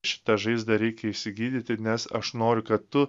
šitą žaizdą reikia išsigydyti nes aš noriu kad tu